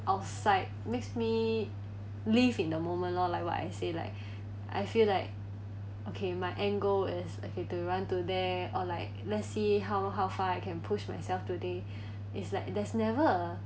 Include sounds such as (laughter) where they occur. outside makes me live in the moment lor like what I say like (breath) I feel like okay my end goal is okay to run to there or like let's see how how far I can push myself today (breath) it's like there's never a